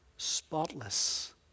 Spotless